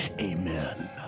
Amen